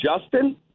Justin